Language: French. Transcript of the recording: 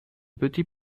petit